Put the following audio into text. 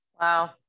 Wow